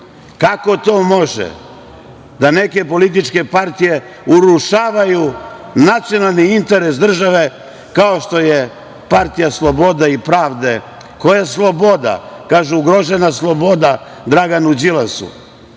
Kako to mogu neke političke partije da urušavaju nacionalni interes države, kao što je Partija slobode i pravde? Koja sloboda? Kaže - ugrožena sloboda Draganu Đilasu